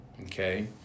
okay